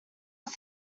was